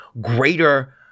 greater